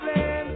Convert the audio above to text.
Land